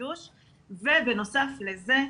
בנוסף לזה,